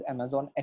Amazon